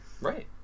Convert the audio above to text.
right